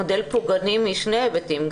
מודל פוגעני משני היבטים,